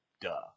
Duh